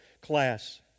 class